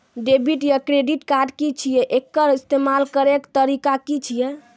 Debit या credit card की छियै? एकर इस्तेमाल करैक तरीका की छियै?